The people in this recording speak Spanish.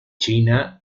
china